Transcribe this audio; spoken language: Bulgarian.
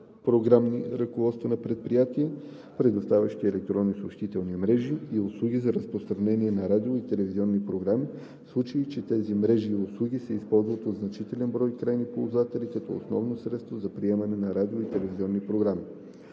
програмни ръководства на предприятия, предоставящи електронни съобщителни мрежи и услуги за разпространение на радио- и телевизионни програми, в случай че тези мрежи и услуги се използват от значителен брой крайни ползватели като основно средство за приемане на радио- и телевизионни програми.“